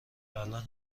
الان